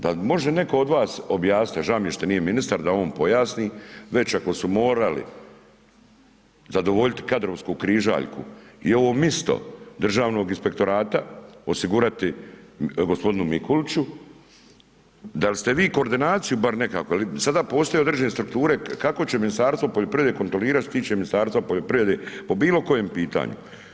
Dal' može netko od vas objasnit, a ža' mi je šta nije ministar da on pojasni, već ako su morali zadovoljit kadrovsku križaljku i ovo misto Državnog inspektorata osigurati gospodinu Mikuliću, dal' ste vi koordinaciju bar nekako, jer sada postoje određene strukture kako će Ministarstvo poljoprivrede kontrolirat što se tiče Ministarstva poljoprivrede po bilo kojem pitanju.